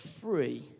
free